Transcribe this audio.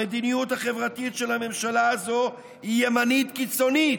המדיניות החברתית של הממשלה הזו היא ימנית קיצונית,